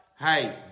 Hey